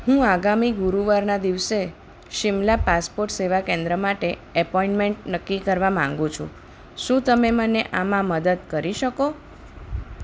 હું આગામી ગુરુવાર ના દિવસે શિમલા પાસપોર્ટ સેવા કેન્દ્ર માટે એપોઇન્ટમેન્ટ નક્કી કરવા માંગુ છું શું તમે મને આમાં મદદ કરી શકો